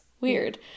weird